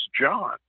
John